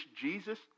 Jesus